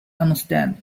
understand